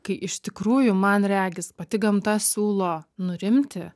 kai iš tikrųjų man regis pati gamta siūlo nurimti